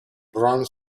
brown